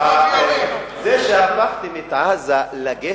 ולכן, זה שהפכתם את עזה לגטו,